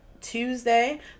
Tuesday